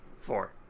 Four